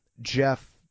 Jeff